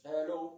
Hello